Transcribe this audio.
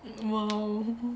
!wow!